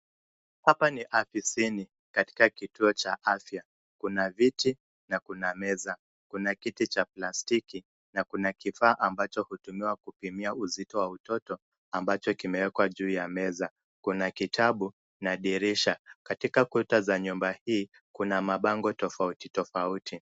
Hapa ni afisini, katika kituo cha afya, kuna viti, na kuna meza, na kuna kiti cha plastiki, na kuna kifaa ambacho hutumiwa kupimia uzito wa utoto, ambacho kimewekwa juu ya meza. Kuna kitabu, na dirisha, katika kuta za nyumba hii, kuna mabango tofauti tofauti.